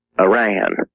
Iran